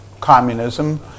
communism